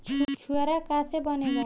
छुआरा का से बनेगा?